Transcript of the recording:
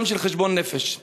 יום של חשבון נפש.